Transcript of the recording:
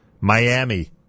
Miami